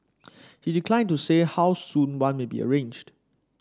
he declined to say how soon one may be arranged